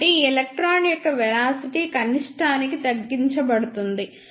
కాబట్టి ఈ ఎలక్ట్రాన్ యొక్క వెలాసిటీ కనిష్టానికి తగ్గించబడుతుంది